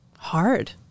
hard